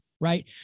Right